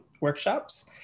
workshops